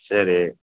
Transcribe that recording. சரி